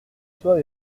soit